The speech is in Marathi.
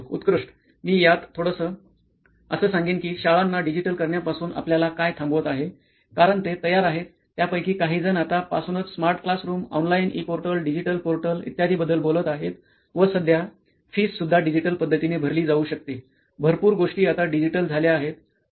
प्राध्यापक उत्कृष्ट मी यात थोडस असं सांगेन कि शाळांना डिजिटल करण्यापासून आपल्याला काय थांबवत आहे कारण ते तयार आहेत त्यापैकी काहीजण आता पासूनच smart classroom online e portal digital portal e बद्दल बोलत आहेतव सध्या फीस सुद्धा डिजिटल पद्धतीने भरली जाऊ शकते भरपूर गोष्टी आता डिजिटल झाल्या आहेत